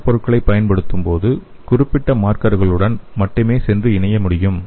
நானோ பொருட்களைப் பயன்படுத்தும்போது குறிப்பிட்ட மார்க்கர்களுடன் மட்டுமே சென்று இணைய முடியும்